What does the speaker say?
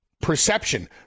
perception